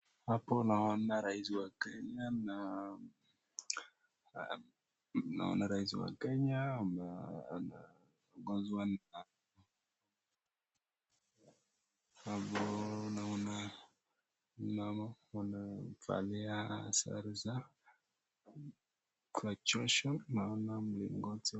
Hapo naona raisi wa Kenya, na naona raisi wa Kenya, wagonjwa na hapo naona, naona mmoja amevalia sare zao, naona mlingoti.